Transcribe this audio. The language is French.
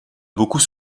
beaucoup